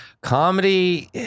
comedy